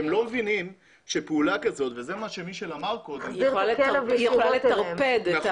הן לא מבינות שפעולה כזו יכולה לטרפד כיוון